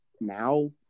now